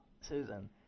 Susan